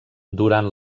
durant